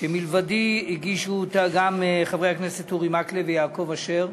שמלבדי הגישו אותה גם חברי הכנסת אורי מקלב ויעקב אשר,